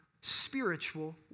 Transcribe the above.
spiritual